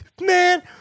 man